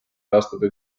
taastada